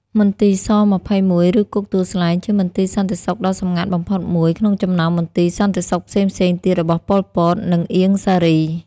មន្ទីរ ស-២១ ឬគុកទួលស្លែង ជាមន្ទីរសន្តិសុខដ៏សម្ងាត់បំផុតមួយក្នុងចំណោមមន្ទីរសន្តិសុខផ្សេងៗទៀតរបស់ ប៉ុល ពត និង អៀង សារី។